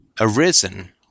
arisen